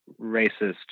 racist